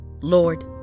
Lord